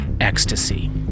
ecstasy